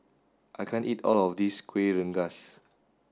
I can't eat all of this Kuih Rengas